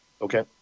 Okay